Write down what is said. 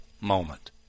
moment